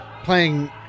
playing